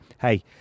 hey